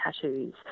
tattoos